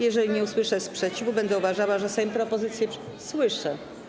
Jeżeli nie usłyszę sprzeciwu, będę uważała, że Sejm propozycję przyjął.